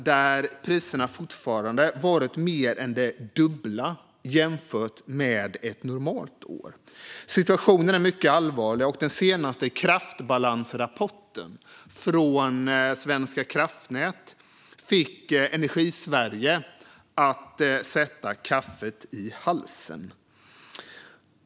Där har priserna fortfarande varit mer än det dubbla jämfört med ett normalt år. Situationen är mycket allvarlig, och den senaste kraftbalansrapporten från Svenska kraftnät fick Energisverige att sätta kaffet i halsen.